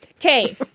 Okay